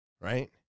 Right